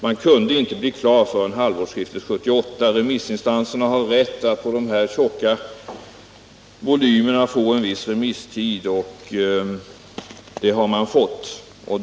Man kunde inte bli klar förrän vid halvårsskiftet 1978. Remissinstanserna har rätt att för de här tjocka volymerna få en viss remisstid. Det har de fått.